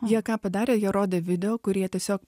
jie ką padarė jie rodė video kur jie tiesiog